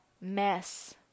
mess